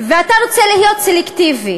ואתה רוצה להיות סלקטיבי,